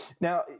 Now